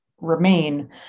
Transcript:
remain